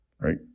Right